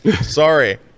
Sorry